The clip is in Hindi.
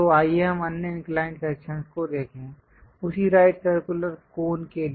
तो आइए हम अन्य इंक्लाइंड सेक्शन को देखें उसी राइट सर्कुलर कोन के लिए